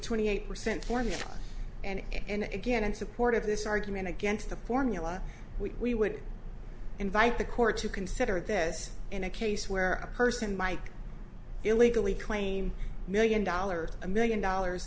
twenty eight percent formula and again in support of this argument against the formula we would invite the court to consider this in a case where a person might illegally claim million dollars a million dollars